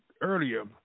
earlier